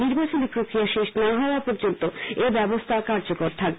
নির্বাচনী প্রক্রিয়া শেষ না হওয়া পর্যন্ত এই ব্যবস্থা কার্যকর থাকবে